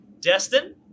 destin